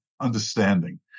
understanding